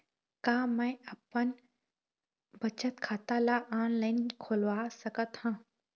का मैं अपन बचत खाता ला ऑनलाइन खोलवा सकत ह?